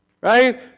Right